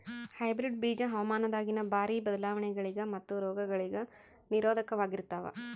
hybrid ಬೀಜ ಹವಾಮಾನದಾಗಿನ ಭಾರಿ ಬದಲಾವಣೆಗಳಿಗ ಮತ್ತು ರೋಗಗಳಿಗ ನಿರೋಧಕವಾಗಿರುತ್ತವ